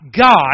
God